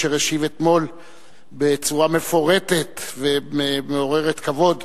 אשר השיב אתמול בצורה מפורטת ומעוררת כבוד